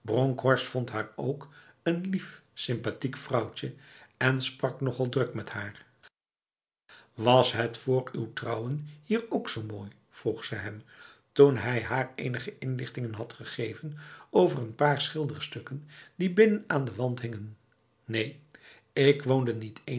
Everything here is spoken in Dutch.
bronkhorst vond haar ook een lief sympathiek vrouwtje en sprak nogal druk met haar was het vr uw trouwen hier ook zo mooi vroeg ze hem toen hij haar enige inlichtingen had gegeven over n paar schilderstukken die binnen aan de wand hingen neen ik woonde niet eens